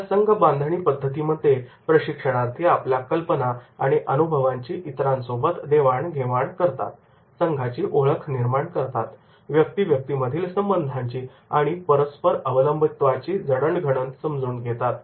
या संघ बांधणी पद्धतीमध्ये प्रशिक्षणार्थी आपल्या कल्पना आणि अनुभवांची इतरांसोबत देवाण घेवाण करतात संघाची ओळख निर्माण करतात व्यक्ती व्यक्तीमधील संबंधांची आणि परस्पर अवलंबित्वाची जडणघडण समजून घेतात